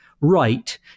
right